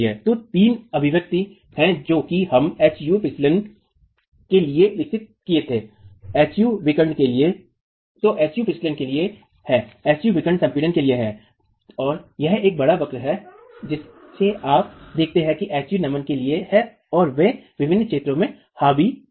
तो तीन अभिव्यक्ति है जो कि हम Hu फिसलन के लिए विकसित किये थे Hu विकर्ण के लिए है तो Hu फिसलन के लिए हैHu विकर्ण संपीड़न के लिए है और यह बड़ा वक्र है जिसे आप देखते हैं कि Hu नमन के लिए है और वे विभिन्न क्षेत्रों में हावी हैं